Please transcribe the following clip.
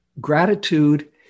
Gratitude